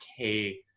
okay